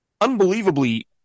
unbelievably